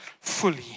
fully